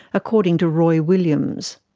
according to roy williams.